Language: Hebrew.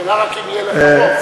השאלה רק אם יהיה לך רוב.